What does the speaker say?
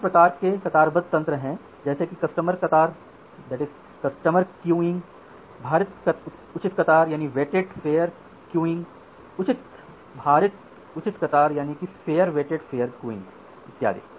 अन्य प्रकार के कतारबद्ध तंत्र हैं जैसे कि कस्टम कतार भारित उचित कतार उचित भारित उचित कतार आदि